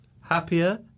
happier